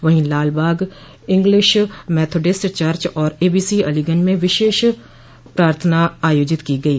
वहीं Lalbagh English Methodist church और ABC Aliganj में विशेष प्रार्थना आयोजित की गयी